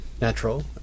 Natural